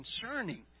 concerning